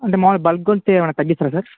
అంటే మాములుగా బల్క్కు ఉంటె ఏమైన తగ్గిస్తారా సార్